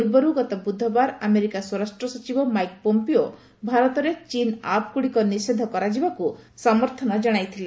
ପୂର୍ବରୁ ଗତ ବୁଧବାର ଆମେରିକା ସ୍ୱରାଷ୍ଟ୍ର ସଚିବ ମାଇକ୍ ପୋମ୍ପିଓ ଭାରତରେ ଚୀନ୍ ଆପ୍ଗୁଡ଼ିକ ନିଷେଧ କରାଯିବାକୁ ସମ୍ପ୍ରକ୍ତ ସମର୍ଥନ ଜଣାଇଥିଲେ